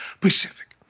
Pacific